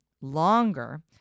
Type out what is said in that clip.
longer